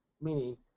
Meaning